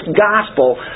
gospel